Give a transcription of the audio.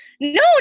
no